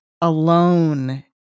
alone